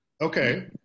okay